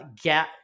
get